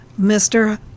Mr